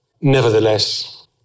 Nevertheless